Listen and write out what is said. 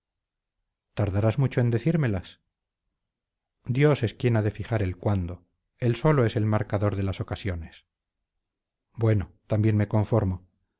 tardarás mucho en decírmelas dios es quien ha de fijar el cuándo él solo es el marcador de las ocasiones bueno también me conformo